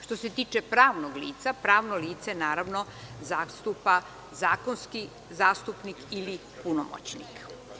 Što se tiče pravnog lica, pravno lice naravno zastupa zakonski zastupnik ili punomoćnik.